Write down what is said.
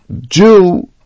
Jew